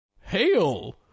Hail